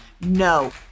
No